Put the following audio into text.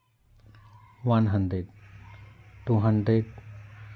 one hundred two hundred